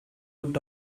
would